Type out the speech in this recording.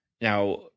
Now –